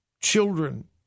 children